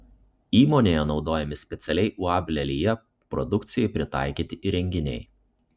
įmonėje naudojami specialiai uab lelija produkcijai pritaikyti įrenginiai